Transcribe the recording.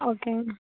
okay